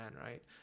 right